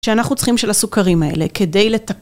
כשאנחנו צריכים של הסוכרים האלה כדי לת...